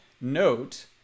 note